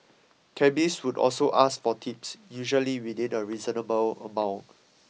cabbies would ask for tips usually within a reasonable amount